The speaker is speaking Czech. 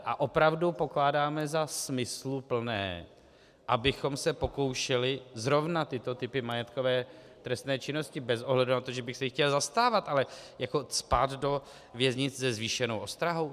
A opravdu pokládáme za smysluplné, abychom se pokoušeli zrovna tyto typy majetkové trestné činnosti, bez ohledu na to, že bych se jich chtěl zastávat, cpát do věznic se zvýšenou ostrahou?